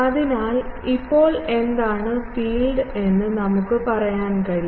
അതിനാൽ ഇപ്പോൾ എന്താണ് ഫീൽഡ് എന്ന് നമുക്ക് പറയാൻ കഴിയും